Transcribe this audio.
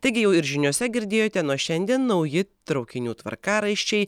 taigi jau ir žiniose girdėjote nuo šiandien nauji traukinių tvarkaraščiai